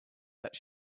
that